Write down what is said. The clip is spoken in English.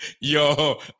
Yo